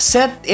Set